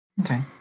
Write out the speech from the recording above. Okay